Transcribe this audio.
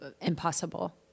impossible